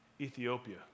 Ethiopia